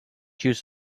such